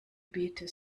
beete